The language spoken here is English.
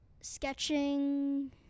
sketching